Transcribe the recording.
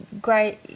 great